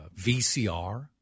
VCR